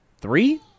three